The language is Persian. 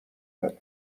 تره